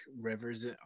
rivers